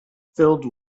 filled